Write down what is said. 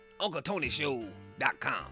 uncletonyshow.com